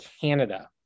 Canada